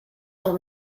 dans